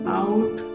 out